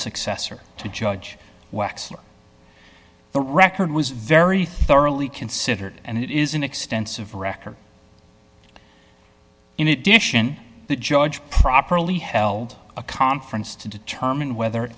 successor to judge the record was very thoroughly considered and it is an extensive record in addition the judge properly held a conference to determine whether